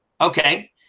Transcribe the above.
okay